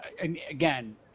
Again